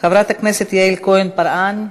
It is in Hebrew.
חברת הכנסת יעל כהן-פארן.